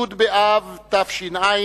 י' באב תש"ע,